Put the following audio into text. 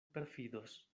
perfidos